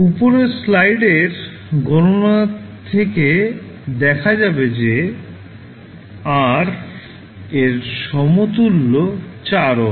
উপরের স্লাইডের গণনা থেকে দেখা যাবে যে R এর সমতুল্য 4 ওহম